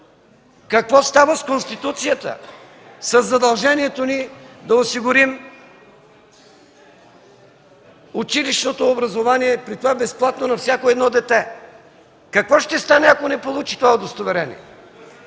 Какво става с Конституцията, със задължението ни да осигурим училищното образование, при това безплатно, на всяко едно дете? Какво ще стане, ако не получи това удостоверение?